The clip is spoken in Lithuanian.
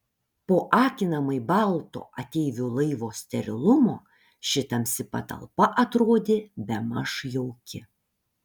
po akinamai balto ateivių laivo sterilumo ši tamsi patalpa atrodė bemaž jauki